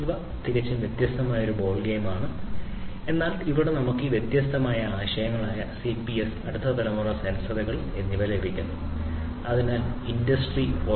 ഇത് തികച്ചും വ്യത്യസ്തമായ ഒരു ബോൾ ഗെയിമാണ് എന്നാൽ ഇവിടെ നമുക്ക് ഈ വ്യത്യസ്ത ആശയങ്ങളായ സിപിഎസ് അടുത്ത തലമുറ സെൻസറുകൾ എന്നിവ ലഭിക്കുന്നു അതിനാൽ ഇൻഡ്സ്ട്രി 4